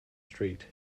street